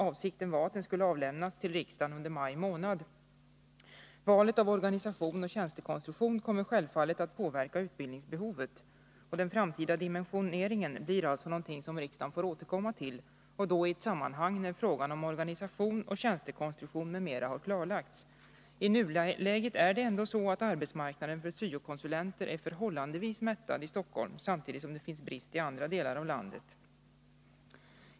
Avsikten var att den skulle avlämnas till riksdagen under maj månad. Valet av organisationsoch tjänstekonstruktion kommer självfallet att påverka utbildningsbehovet. Den framtida dimensioneringen blir alltså något som riksdagen får återkomma till, och då i ett sammanhang när frågan om organisation och tjänstekonstruktion m.m. har klarlagts. I nuläget är det ändå så, att arbetsmarknadgn för syo-konsulenter är förhållandevis mättad i Stockholm, samtidigt som det finns brist i andra delar av landet.